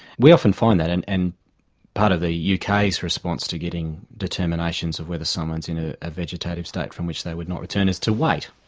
we often find that and and part of the uk's response to getting determinations of whether someone's in a ah vegetative state from which they would not return is to wait.